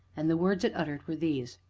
and the words it uttered were these